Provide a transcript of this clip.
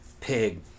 pig